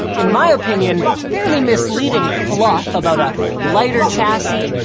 in my opinion, fairly misleading fluff about a lighter chassis,